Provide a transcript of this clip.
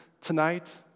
tonight